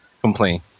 complain